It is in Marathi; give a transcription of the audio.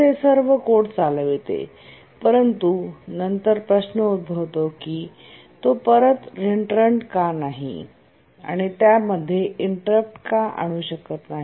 असे सर्व कोड चालवते परंतु नंतर प्रश्न उद्भवतो की तो परत रेन्ट्रंट का नाही आणि त्यामध्ये इंटरप्ट का आणू शकत नाही